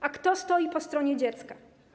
A kto stoi po stronie dziecka?